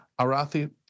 Arathi